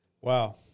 Wow